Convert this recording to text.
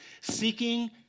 Seeking